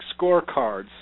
scorecards